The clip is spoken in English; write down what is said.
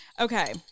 okay